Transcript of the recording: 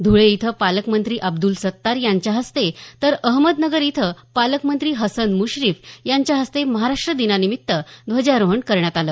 ध्वळे इथं पालकमंत्री अब्दुल सत्तार यांच्या हस्ते तर अहमदनगर इथं पालकमंत्री हसन मुश्रीफ यांच्या हस्ते महाराष्ट्र दिनानिमित्त ध्वजारोहण करण्यात आलं